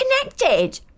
connected